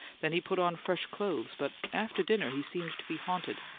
then he put on fresh clothes but after dinner he seemed to be haunted,